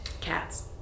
Cats